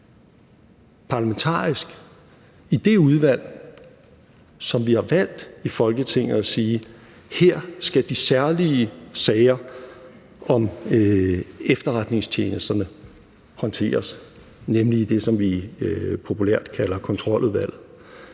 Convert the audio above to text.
parlamentarisk i det udvalg, hvor vi i Folketinget har valgt at sige, at her skal de særlige sager om efterretningstjenesterne håndteres, nemlig i det, som vi populært kalder Kontroludvalget,